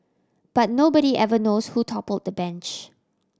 but nobody ever knows who toppled the bench